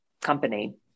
company